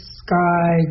sky